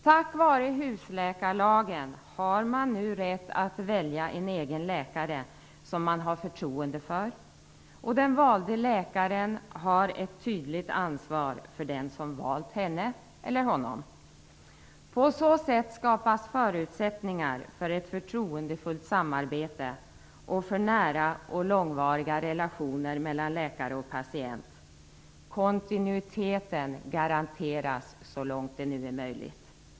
Tack vare husläkarlagen har man nu rätt att välja en egen läkare som man har förtroende för. Den valde läkaren har ett tydligt ansvar för den som valt henne eller honom. På så sätt skapas förutsättningar för ett förtroendefullt samarbete och för nära och långvariga relationer mellan läkare och patient. Kontinuiteten garanteras så långt det nu är möjligt.